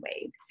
waves